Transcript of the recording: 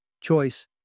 choice